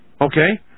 Okay